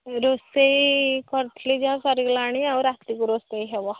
ରୋଷେଇ କରିଥିଲି ଯାହା ସରିଗଲାଣି ଆଉ ରାତିକୁ ରୋଷେଇ ହେବ